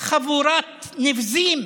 חבורת נבזים,